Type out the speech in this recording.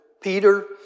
Peter